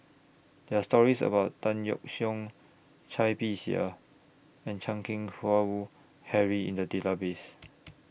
There Are stories about Tan Yeok Seong Cai Bixia and Chan Keng Howe Harry in The Database